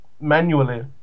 manually